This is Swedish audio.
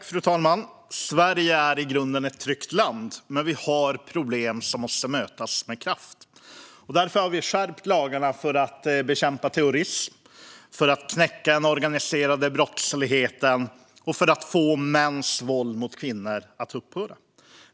Fru talman! Sverige är i grunden ett tryggt land, men vi har problem som måste mötas med kraft. Därför har vi skärpt lagarna för att bekämpa terrorism, för att knäcka den organiserade brottsligheten och för att få mäns våld mot kvinnor att upphöra.